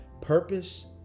Purpose